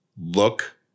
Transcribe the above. look